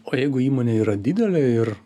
o jeigu įmonė yra didelė ir